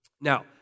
Now